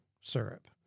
syrup